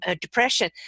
depression